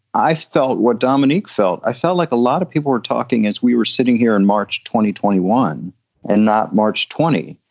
i felt what dominique felt. i felt like a lot of people were talking as we were sitting here in march, twenty twenty one and not march twenty.